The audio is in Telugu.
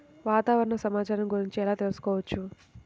వాతావరణ సమాచారము గురించి ఎలా తెలుకుసుకోవచ్చు?